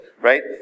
right